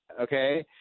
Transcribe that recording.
okay